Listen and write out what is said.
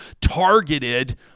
targeted